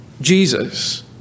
Jesus